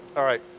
alright.